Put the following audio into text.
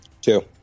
Two